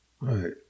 Right